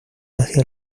hacia